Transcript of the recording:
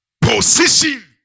Position